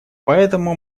поэтому